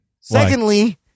Secondly